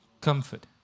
comfort